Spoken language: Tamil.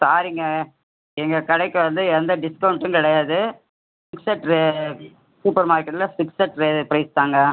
சாரிங்க எங்க கடைக்கு வந்து எந்த டிஸ்கௌண்டும் கிடையாது ஃபிக்சட் ரே சூப்பர் மார்க்கெட்டில் ஃபிக்சட் ரே ப்ரைஸ்தாங்க